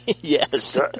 Yes